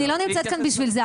אני לא נמצאת כאן בשביל זה.